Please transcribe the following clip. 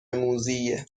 موذیه